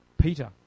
peter